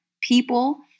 people